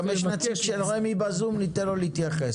גם יש נציג של רמ"י בזום וניתן לו להתייחס